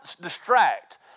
Distract